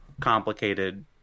complicated